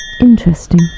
Interesting